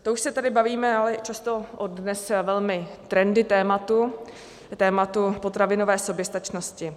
To už se tady bavíme ale často i o dnes velmi trendy tématu, tématu potravinové soběstačnosti.